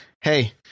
Hey